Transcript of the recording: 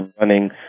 running